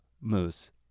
moose